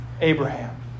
Abraham